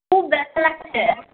খুব ব্যথা লাগছে